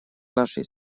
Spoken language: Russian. нашей